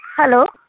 hello